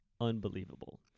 unbelievable